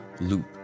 loop